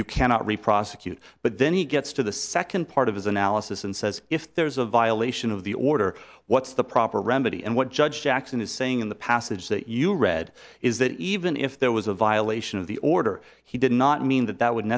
you cannot reprosecute but then he gets to the second part of his analysis and says if there's a violation of the order what's the proper remedy and what judge jackson is saying in the passage that you read is that even if there was a violation of the order he did not mean that that would